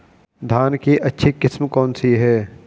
धान की अच्छी किस्म कौन सी है?